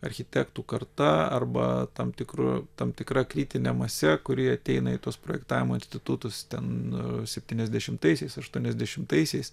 architektų karta arba tam tikru tam tikra kritine mase kuri ateina į tuos projektavimo institutus ten septyniasdešimtaisiais aštuoniasdešimtaisiais